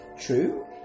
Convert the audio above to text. True